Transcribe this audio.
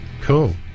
cool